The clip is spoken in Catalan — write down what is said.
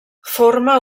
forma